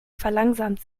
verlangsamt